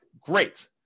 great